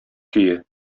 көе